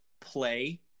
play